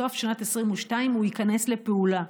שבסוף שנת 2022 הוא ייכנס לפעולה,